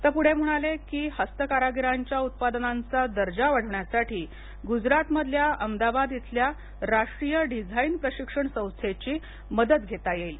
ते पुढ म्हणाले की हस्त्कारागीरांच्या उत्पादनांचा दर्जा वाढवण्यासाठी गुजरात मधल्या अहमदाबाद इथल्या राष्ट्रीय डिझाईन प्रशिक्षण संथेची मदत घेता येईल